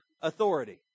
authority